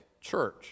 Church